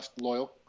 loyal